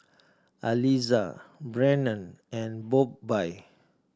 Aliza Brannon and Bobbye